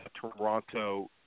Toronto